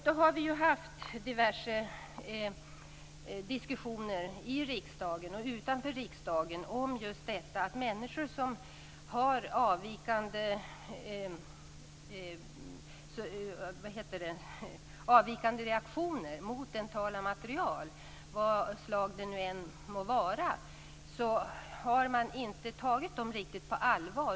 Vi har haft diverse diskussioner i riksdagen och utanför riksdagen om att människor som reagerar avvikande mot dentala material av olika slag inte har tagits på riktigt allvar.